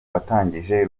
watangije